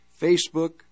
Facebook